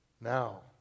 now